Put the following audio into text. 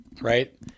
right